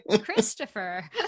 Christopher